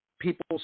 People